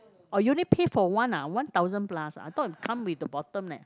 oh you only pay for one ah one thousand plus I thought come with the bottom leh